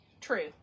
true